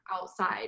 outside